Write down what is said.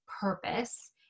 purpose